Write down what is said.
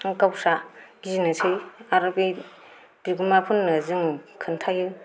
गावसोरहा गिनोसै आरो बे बिगोमाफोरनो जों खिन्थायो